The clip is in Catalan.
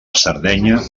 sardenya